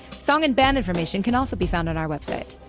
song and band information can also be found on our website.